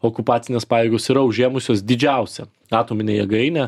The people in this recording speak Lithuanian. okupacinės pajėgos yra užėmusios didžiausią atominę jėgainę